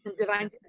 Divine